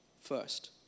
first